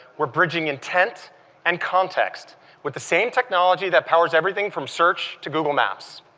we're bridge ing intent and context with the same technology that powers everything from search to google maps